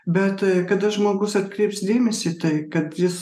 bet kada žmogus atkreips dėmesį į tai kad jis